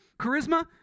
Charisma